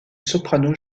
soprano